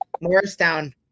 Morristown